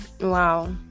wow